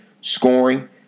scoring